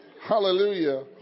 Hallelujah